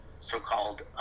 so-called